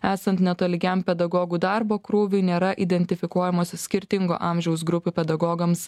esant netolygiam pedagogų darbo krūviui nėra identifikuojamos skirtingo amžiaus grupių pedagogams